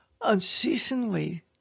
Unceasingly